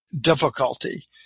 difficulty